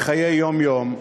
בחיי היום-יום.